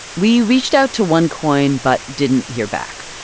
we reached out to onecoin but didn't hear back.